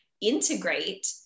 integrate